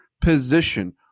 position